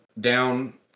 down